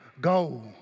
go